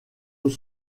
eux